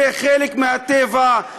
זה חלק מהטבע,